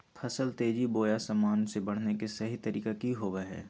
फसल तेजी बोया सामान्य से बढने के सहि तरीका कि होवय हैय?